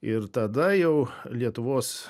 ir tada jau lietuvos